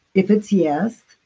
if it's yes,